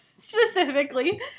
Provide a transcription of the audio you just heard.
specifically